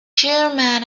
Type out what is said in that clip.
chairman